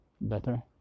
better